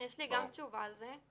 יש לי גם תשובה על זה.